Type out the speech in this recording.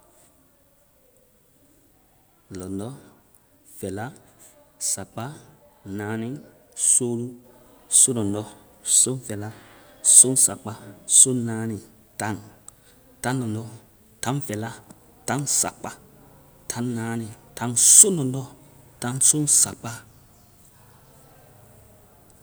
Lɔ̀ndɔ́. Fɛ́la. Sakpa. Naani. Soolu. Soŋlɔndɔ́. Soŋfɛ́la. Soŋsakpaa. Sɔŋ naanì. Taŋ. Taŋ lɔndɔ́. Taŋ fɛ́la. Taŋ sakpaa. Taŋ naani. Taŋ soolu. Taŋ sɔŋlɔndɔ́. Taŋ sɔŋ fɛ́la. Taŋ sɔŋ sakpaa